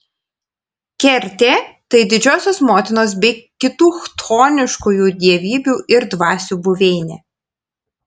kertė tai didžiosios motinos bei kitų chtoniškųjų dievybių ir dvasių buveinė